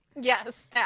Yes